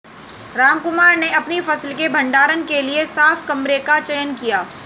रामकुमार ने अपनी फसल के भंडारण के लिए साफ कमरे का चयन किया